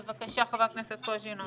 בבקשה, חבר הכנסת קוז'ינוב.